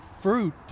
fruit